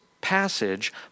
passage